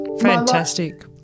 Fantastic